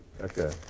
okay